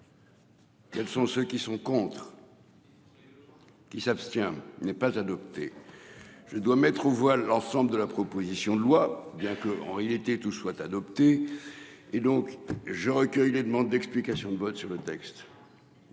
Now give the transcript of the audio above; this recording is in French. Quels sont ceux qui sont contre. Qui s'abstient. Il n'est pas adopté. Je dois mettre aux voix l'ensemble de la proposition de loi bien que Henry était tous soit adoptée et donc je recueille les demandes d'explications de vote sur le texte.